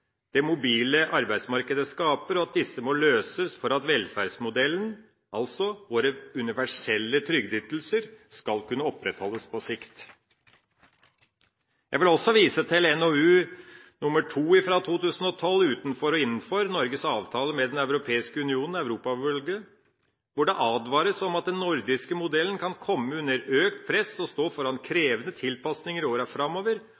det mobile arbeidsmarkedet skaper, og at disse må løses for at velferdsmodellen, altså våre universelle trygdeytelser, skal kunne opprettholdes på sikt. Jeg vil også vise til NOU 2012: 2, Utenfor og innenfor, Norges avtaler med Den europeiske union – Europautredningen – hvor det advares mot at den nordiske modellen kan komme under økt press og stå overfor krevende tilpasninger i årene framover,